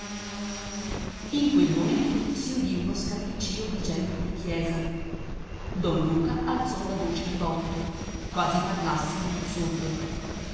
in quel momento si udì uno scalpiccìo di gente di chiesa don luca alzò la voce di botto quasi parlasse a un sordo